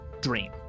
Dream